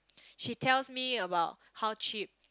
she tells me about how cheap